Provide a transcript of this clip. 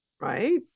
Right